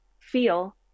feel